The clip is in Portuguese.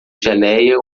geléia